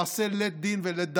ולמעשה, לית דין ולית דיין.